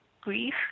grief